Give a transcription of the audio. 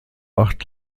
acht